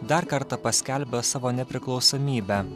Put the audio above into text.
dar kartą paskelbia savo nepriklausomybę